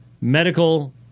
medical